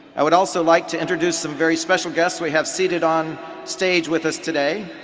i would also like to introduce some very special guests we have seated on stage with us today.